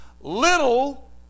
Little